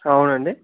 అవునండి